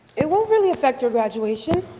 it won't really affect your graduation.